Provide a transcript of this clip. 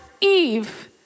Eve